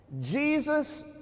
Jesus